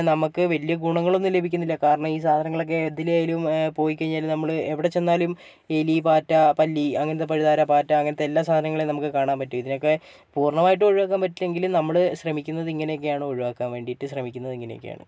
നമുക്ക് വലിയ ഗുണങ്ങളൊന്നും ലഭിക്കുന്നില്ല കാരണം ഈ സാധനങ്ങളൊക്കെ എതിലേലും പോയിക്കഴിഞ്ഞാൽ നമ്മൾ എവിടെച്ചെന്നാലും എലി പാറ്റ പല്ലി അങ്ങനത്തെ പഴുതാര പാറ്റ അങ്ങനത്തെ എല്ലാം സാധനങ്ങളെയും നമുക്ക് കാണാൻ പറ്റും ഇതിനൊക്കെ പൂർണ്ണമായിട്ടും ഒഴിവാക്കാൻ പറ്റില്ലെങ്കിലും നമ്മൾ ശ്രമിക്കുന്നത് ഇങ്ങനെ ഒക്കെയാണ് ഒഴിവാക്കാൻ വേണ്ടിയിട്ട് ശ്രമിക്കുന്നത് ഇങ്ങനെ ഒക്കെയാണ്